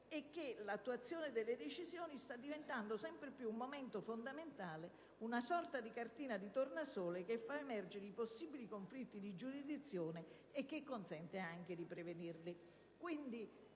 e che «l'attuazione delle decisioni sta diventando sempre più un momento fondamentale, una sorta di cartina di tornasole che fa emergere i possibili conflitti di giurisdizione e che consente anche di prevenirli».